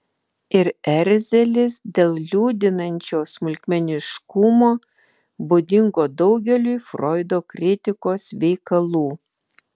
ir erzelis dėl liūdinančio smulkmeniškumo būdingo daugeliui froido kritikos veikalų